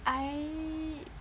I